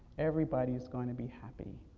everybody's going to be happy.